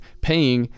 paying